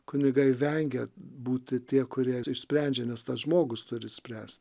kunigai vengia būti tie kurie išsprendžia nes tas žmogus turi spręs